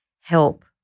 help